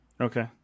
Okay